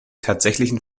tatsächlichen